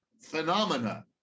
phenomena